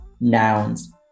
nouns